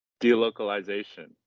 delocalization